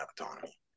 autonomy